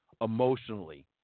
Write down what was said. emotionally